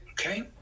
okay